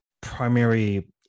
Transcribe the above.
primary